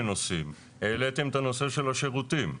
נושאים העליתם את הנושא של השירותים,